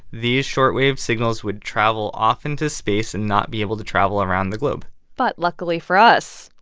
these shortwave signals would travel off into space and not be able to travel around the globe but luckily for us,